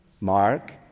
Mark